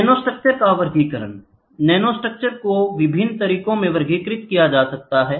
nanostructure का वर्गीकरण nanostructure को विभिन्न तरीकों से वर्गीकृत किया जाता है